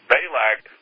Balak